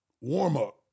warm-up